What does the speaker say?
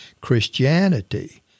Christianity